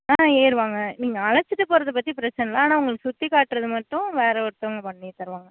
ஆ ஏறுவாங்க நீங்கள் அழைச்சிட்டு போறதை பற்றி பிரச்சனை இல்லை ஆனால் உங்களை சுற்றி காட்டுறது மட்டும் வேறு ஒருத்தவங்க பண்ணி தருவாங்க